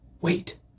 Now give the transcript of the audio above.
Wait